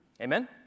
Amen